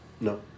No